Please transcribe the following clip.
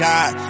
God